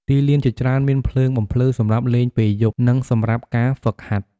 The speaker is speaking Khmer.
ទីលានជាច្រើនមានភ្លើងបំភ្លឺសម្រាប់លេងពេលយប់ និងសម្រាប់ការហ្វឹកហាត់។